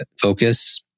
focus